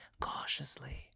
cautiously